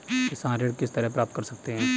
किसान ऋण किस तरह प्राप्त कर सकते हैं?